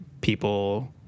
people